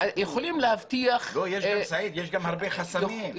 יכולים להבטיח -- לא, סעיד, יש גם הרבה חסמים.